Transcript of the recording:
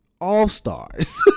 all-stars